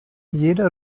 jeder